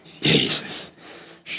Jesus